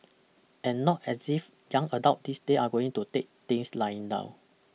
and not as if young adults these days are going to take things lying down